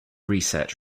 research